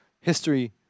History